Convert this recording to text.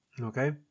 Okay